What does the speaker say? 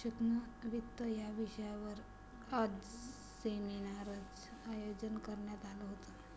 सूक्ष्म वित्त या विषयावर आज सेमिनारचं आयोजन करण्यात आलं होतं